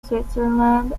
switzerland